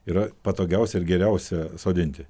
yra patogiausia ir geriausia sodinti